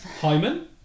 Hyman